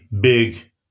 big